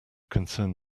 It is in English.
concerned